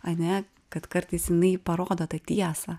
ane kad kartais jinai parodo tą tiesą